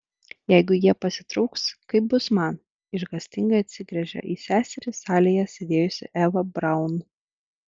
jeigu jie pasitrauks kaip bus man išgąstingai atsigręžia į seserį salėje sėdėjusi eva braun